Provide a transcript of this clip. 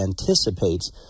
anticipates